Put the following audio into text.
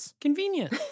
Convenient